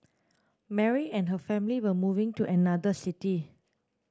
Mary and her family were moving to another city